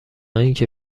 اینکه